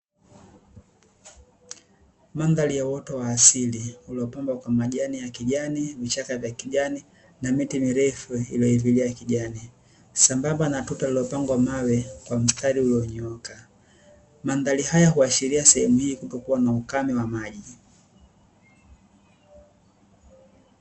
Mandhari ya uoto wa asili uliopambwa kwa majani ya kijani, vichaka vya kijani, na miti mirefu iliyoivilia kijani; sambamba na tuta lililopangwa mawe kwa mstari ulionyooka. Mandhari haya huashiria sehemu hiyo kutokuwa na ukame wa maji.